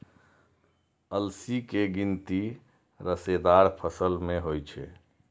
अलसी के गिनती रेशेदार फसल मे होइ छै